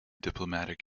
diplomatic